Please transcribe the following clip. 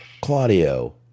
Claudio